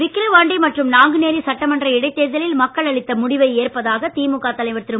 விக்கரவாண்டி மற்றும் நாங்குநேரி சட்டமன்ற இடைத்தேர்தலில் மக்கள் அளித்த முடிவை ஏற்பதாக திமுக தலைவர் திரு